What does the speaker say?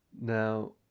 Now